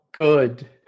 good